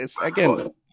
again